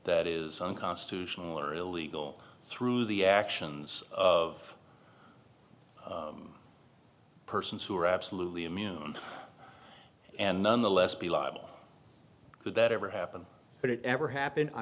that is unconstitutional or illegal through the actions of persons who are absolutely immune and nonetheless be liable for that ever happen but it ever happened